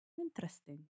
Interesting